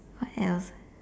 what else ah